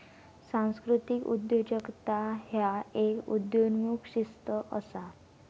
सांस्कृतिक उद्योजकता ह्य एक उदयोन्मुख शिस्त असा